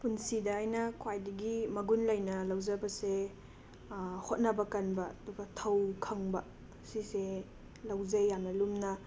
ꯄꯨꯟꯁꯤꯗ ꯑꯩꯅ ꯈ꯭ꯋꯥꯏꯗꯒꯤ ꯃꯒꯨꯟ ꯂꯩꯅ ꯂꯧꯖꯕꯁꯦ ꯍꯣꯠꯅꯕ ꯀꯟꯕ ꯑꯗꯨꯒ ꯊꯧ ꯈꯪꯕ ꯁꯤꯁꯦ ꯂꯧꯖꯩ ꯌꯥꯝꯅ ꯂꯨꯝꯅ